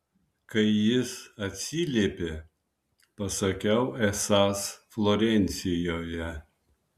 kai jis atsiliepė pasakiau esąs florencijoje